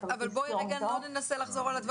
בואי רגע לא נחזור על הדברים.